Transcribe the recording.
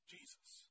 Jesus